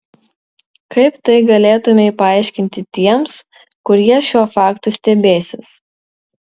kaip tai galėtumei paaiškinti tiems kurie šiuo faktu stebėsis